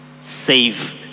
Save